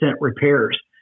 repairs